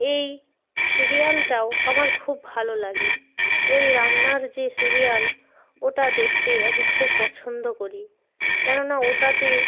এই সিরিয়ালটাও আমার খুব ভালো লাগে ওই রান্নার যে সিরিয়াল ওটা দেখতে আমি খুব পছন্দ করি কেননা ওটাতে